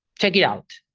check it out.